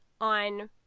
on